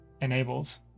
enables